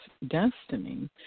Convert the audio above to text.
Destiny